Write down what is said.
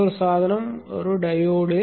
மற்றொரு சாதனம் ஒரு டையோடு